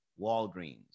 Walgreens